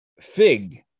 fig